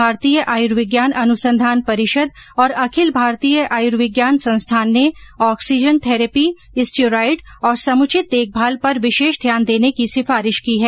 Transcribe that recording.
भारतीय आयुर्विज्ञान अनुसंघान परिषद और अखिल भारतीय आयुर्विज्ञान संस्थान ने ऑक्सीजन थेरैपी स्टीरॉयड और समुचित देखभाल पर विशेष ध्यान देने की सिफारिश की है